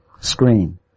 screen